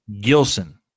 Gilson